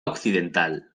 occidental